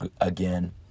again